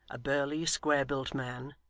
a burly square-built man,